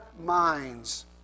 minds